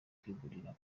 kwigurira